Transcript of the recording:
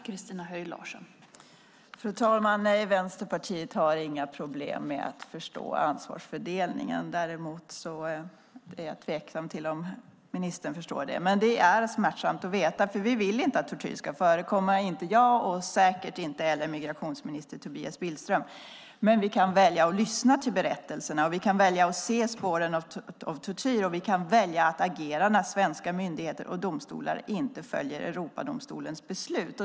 Fru talman! Vänsterpartiet har inga problem med att förstå ansvarsfördelningen. Däremot är jag tveksam till om ministern förstår det. Det är smärtsamt att veta. Vi vill inte att tortyr ska förekomma. Det vill inte jag, och säkert inte migrationsminister Tobias Billström heller. Vi kan välja att lyssna till berättelserna, vi kan välja att se spåren av tortyr och vi kan välja att agera när svenska myndigheter och domstolar inte följer Europadomstolens beslut.